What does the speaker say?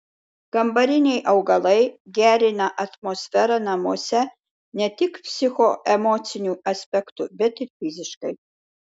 kambariniai augalai gerina atmosferą namuose ne tik psichoemociniu aspektu bet ir fiziškai